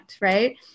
right